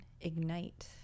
ignite